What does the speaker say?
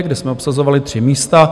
kde jsme obsazovali tři místa.